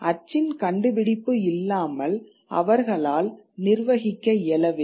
அச்சின் கண்டுபிடிப்பு இல்லாமல் அவர்களால் நிர்வகிக்க இயலவில்லை